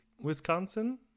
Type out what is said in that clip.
Wisconsin